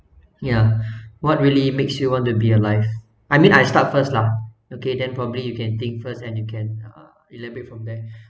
ya what really makes you want to be alive I mean I start first lah okay then probably you can think first and you can uh elaborate from there